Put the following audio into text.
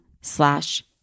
slash